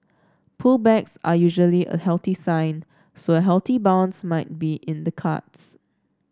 pull backs are usually a healthy sign so a healthy bounce might be in the cards